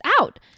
out